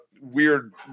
weird